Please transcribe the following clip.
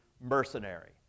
mercenary